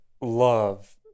love